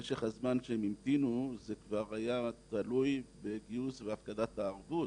משך הזמן שהם המתינו כבר היה תלוי בגיוס הפקדת הערבות,